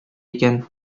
икән